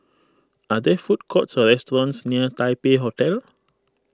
are there food courts or restaurants near Taipei Hotel